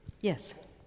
Yes